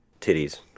titties